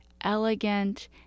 elegant